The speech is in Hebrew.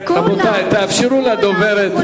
רבותי, תאפשרו לדוברת, תנו לה להתבטא.